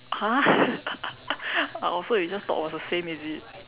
!huh! oh so you just thought it was the same is it